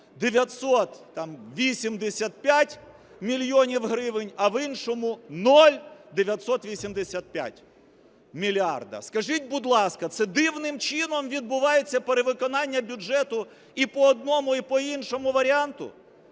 985 мільйонів гривень, а в іншому – 0,985 мільярда. Скажіть, будь ласка, це дивним чином відбувається перевиконання бюджету і по одному, і по іншому варіанту?